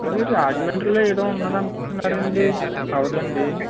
మరి రాజమండ్రిలో ఏదో ఉంది అంటున్నారండి అవ్వదాండి